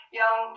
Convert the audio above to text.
young